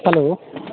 hello